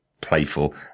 playful